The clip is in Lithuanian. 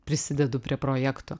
prisidedu prie projekto